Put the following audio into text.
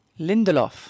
Lindelof